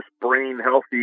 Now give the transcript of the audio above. brain-healthy